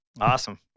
Awesome